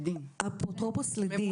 אפוטרופוס לדין.